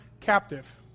Captive